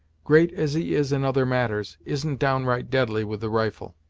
great as he is in other matters, isn't downright deadly with the rifle.